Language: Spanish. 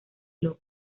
loco